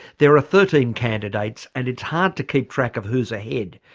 there are thirteen candidates, and it's hard to keep track of who's ahead,